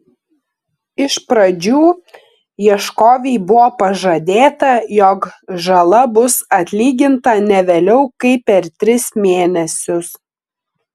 iš pradžių ieškovei buvo pažadėta jog žala bus atlyginta ne vėliau kaip per tris mėnesius